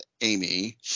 Amy